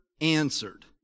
answered